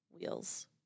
wheels